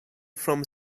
from